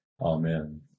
Amen